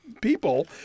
people